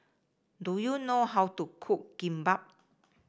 do you know how to cook Kimbap